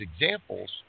examples